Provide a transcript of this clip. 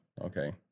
Okay